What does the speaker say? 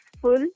full